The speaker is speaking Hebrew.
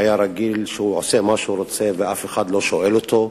שהיה רגיל לעשות מה שהוא רוצה ואף אחד לא שואל אותו,